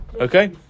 okay